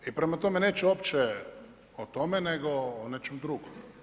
I prema tome, neću uopće o tome, nego o nečem drugom.